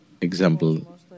example